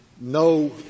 no